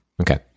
okay